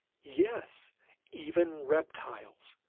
yes even reptiles,